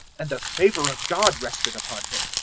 and the favour of god rested upon him.